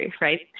right